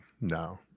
No